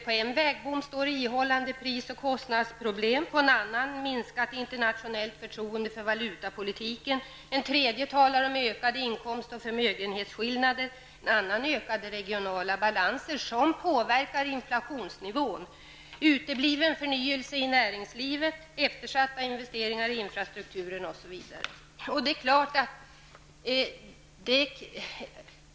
På en vägbom står det Ihållande pris och kostnadsproblem, på en annan Minskat internationellt förtroende för valutapolitiken, på en tredje talas det om ökade inkomst och förmögenhetsskillnader. På ytterligare vägbommar står det Ökade regionala balanser som påverkar inflationsnivån, Utebliven förnyelse av näringslivet, Eftersatta investeringar i infrastrukturen, osv.